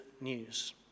news